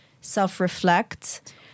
self-reflect